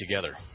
together